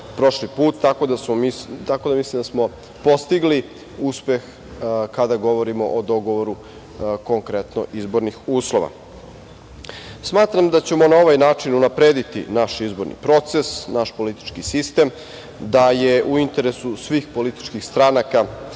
tako da smo postigli uspeh kada govorimo o dogovoru konkretno izbornih uslova. Smatram da ćemo na ovaj način unaprediti naš izborni proces, naš politički sistem, da je u interesu svih političkih stranaka